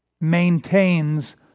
maintains